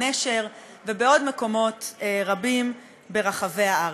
נשר ובעוד מקומות רבים ברחבי הארץ.